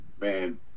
man